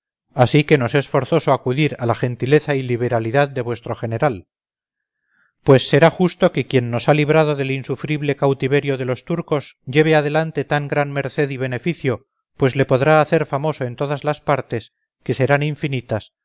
así que nos es forzoso acudir a la gentileza y liberalidad de vuestro general pues será justo que quien nos ha librado del insufrible cautiverio de los turcos lleve adelante tan gran merced y beneficio pues le podrá hacer famoso en todas las partes que serán infinitas